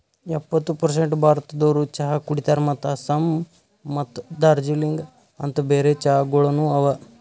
ಎಪ್ಪತ್ತು ಪರ್ಸೇಂಟ್ ಭಾರತದೋರು ಚಹಾ ಕುಡಿತಾರ್ ಮತ್ತ ಆಸ್ಸಾಂ ಮತ್ತ ದಾರ್ಜಿಲಿಂಗ ಅಂತ್ ಬೇರೆ ಚಹಾಗೊಳನು ಅವಾ